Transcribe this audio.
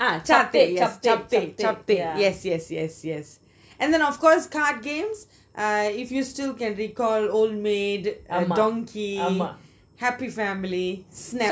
ah chapteh yes chapteh chapteh yes yes yes and then of course card games uh if you still can recall old maid donkey happy family snap